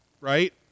right